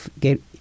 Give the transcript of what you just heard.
get